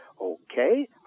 Okay